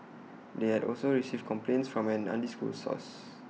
they had also received complaints from an undisclosed source